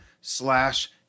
slash